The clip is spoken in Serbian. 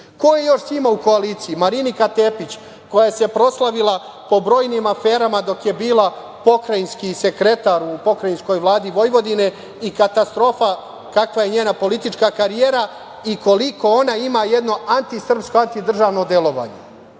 je još sa njima u koaliciji? Marinika Tepić, koja se proslavila po brojnim aferama dok je bila pokrajinski sekretar u pokrajinskoj Vladi Vojvodine i katastrofa kakva je njena politička karijera i koliko ona ima jedno antisrpsko, antidržavno delovanje. Ko